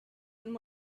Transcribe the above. and